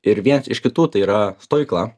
ir vienas iš kitų tai yra stovykla